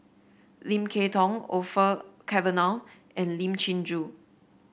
Lim Kay Tong Orfeur Cavenagh and Lim Chin Joo